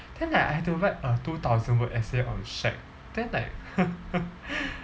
then like I have to write a two thousand word essay on shag then like